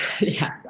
yes